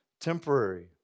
temporary